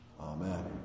Amen